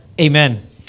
Amen